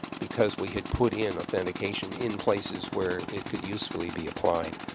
because we had put in authentication in places where it could usefully be applied.